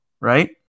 right